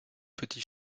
petit